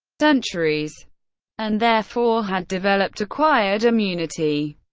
centuries and therefore had developed acquired immunity.